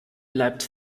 bleibt